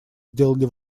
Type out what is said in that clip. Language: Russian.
сделали